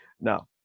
Now